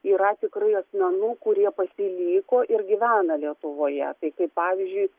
yra tikrai asmenų kurie pasiliko ir gyvena lietuvoje tai kaip pavyzdžiui